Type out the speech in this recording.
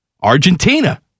Argentina